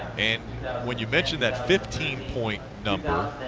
and when you mentioned that fifteen point number,